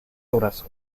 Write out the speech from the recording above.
horas